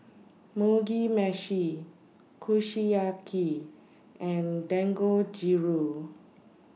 Mugi Meshi Kushiyaki and Dangojiru